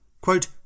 Quote